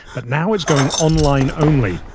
but now it's going online only,